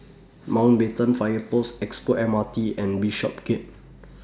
Mountbatten Fire Post Expo M R T and Bishopsgate